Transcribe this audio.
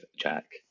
jack